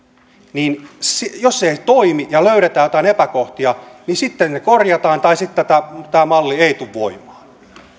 niin jos se ei toimi ja löydetään joitain epäkohtia ne korjataan tai sitten tämä malli ei tule voimaan